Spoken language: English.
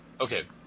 Okay